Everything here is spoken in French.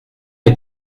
est